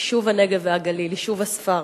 יישוב הנגב והגליל, יישוב הספר.